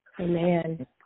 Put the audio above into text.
Amen